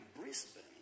Brisbane